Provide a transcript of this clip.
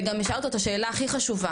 וגם אשאל אותו את השאלה הכי חשובה,